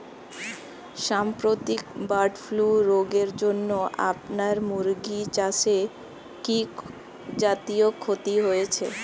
সাম্প্রতিক bird flu রোগের জন্য আপনার মুরগি চাষে কি জাতীয় ক্ষতি হয়েছে?